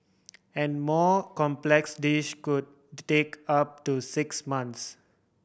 a more complex dish could take up to six months